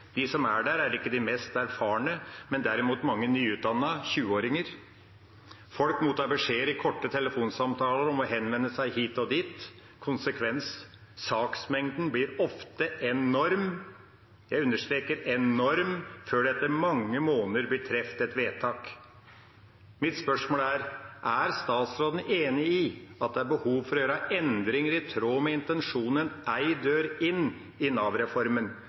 De som er der, er ikke de mest erfarne, men derimot mange nyutdannede i 20-årene. Folk mottar beskjeder i korte telefonsamtaler om å henvende seg hit og dit. Konsekvens: Saksmengden blir ofte enorm – jeg understreker enorm – før det etter mange måneder blir truffet et vedtak. Mitt spørsmål er: Er statsråden enig i at det er behov for å gjøre endringer i tråd med intensjonen om én dør inn i